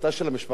התא של המשפחה,